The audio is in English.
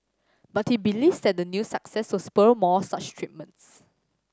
but he believes the new success will spur more such treatments